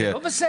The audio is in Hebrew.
זה לא בסדר,